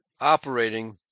operating